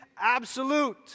absolute